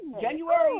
January